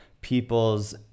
people's